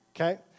Okay